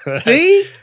See